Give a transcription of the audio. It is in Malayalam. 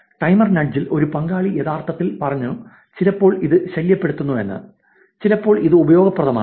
ടൈമർ നഡ്ജിൽ ഒരു പങ്കാളി യഥാർത്ഥത്തിൽ പറഞ്ഞു ചിലപ്പോൾ ഇത് ശല്യപ്പെടുത്തുന്നു ചിലപ്പോൾ അത് ഉപയോഗപ്രദമാണ്